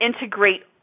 integrate